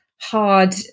hard